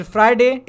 Friday